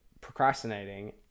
procrastinating